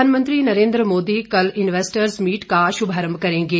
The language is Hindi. प्रधानमंत्री नरेंद्र मोदी कल इन्वेस्टर्स मीट का शुभारंभ करेंगे